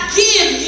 give